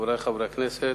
חברי חברי הכנסת,